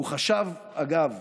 הוא חשב, אגב,